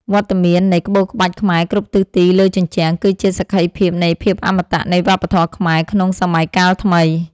វត្តមាននៃក្បូរក្បាច់ខ្មែរគ្រប់ទិសទីលើជញ្ជាំង គឺជាសក្ខីភាពនៃភាពអមតៈនៃវប្បធម៌ខ្មែរក្នុងសម័យកាលថ្មី។